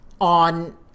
on